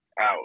out